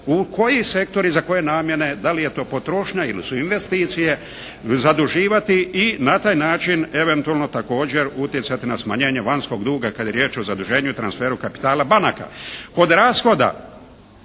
u koji sektor i za koje namjene, da li je to potrošnja ili su investicije zaduživati i na taj način eventualno također utjecati na smanjenje vanjskog duga kad je riječ o zaduženju, transferu kapitala banaka.